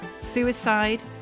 suicide